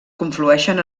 conflueixen